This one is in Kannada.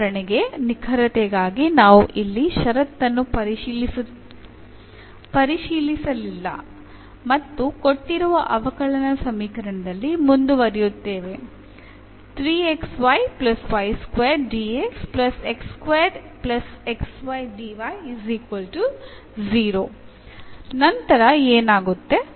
ಉದಾಹರಣೆಗೆ ನಿಖರತೆಗಾಗಿ ನಾವು ಇಲ್ಲಿ ಷರತ್ತನ್ನು ಪರಿಶೀಲಿಸಲಿಲ್ಲ ಮತ್ತು ಕೊಟ್ಟಿರುವ ಅವಕಲನ ಸಮೀಕರಣದಲ್ಲಿ ಮುಂದುವರೆಯುತ್ತೇವೆ ನಂತರ ಏನಾಗುತ್ತೆ